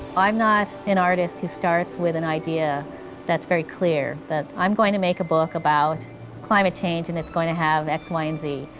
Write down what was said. i'm not an artist who starts with an idea that's very clear, that i'm going to make a book about climate change and it's going to have x, y and z.